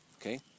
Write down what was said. okay